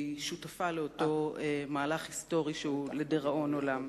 והיא שותפה לאותו מהלך היסטורי שהוא לדיראון עולם.